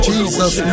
Jesus